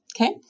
okay